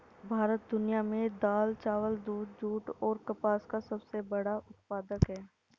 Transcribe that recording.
भारत दुनिया में दाल, चावल, दूध, जूट और कपास का सबसे बड़ा उत्पादक है